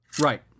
Right